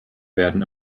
werden